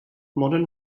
modern